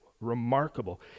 remarkable